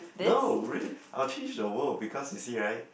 no really I will change the world because you see right